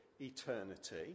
eternity